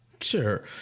sure